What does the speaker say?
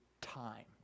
time